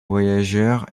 voyageurs